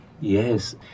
Yes